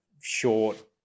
short